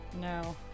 No